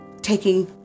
taking